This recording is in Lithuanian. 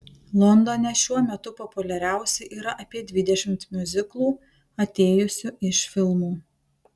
londone šiuo metu populiariausi yra apie dvidešimt miuziklų atėjusių iš filmų